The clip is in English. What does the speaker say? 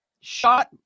shot